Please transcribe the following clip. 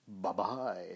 Bye-bye